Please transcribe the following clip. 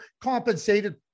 compensated